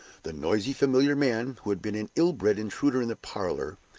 the noisy, familiar man, who had been an ill-bred intruder in the parlor,